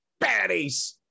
baddies